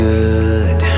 good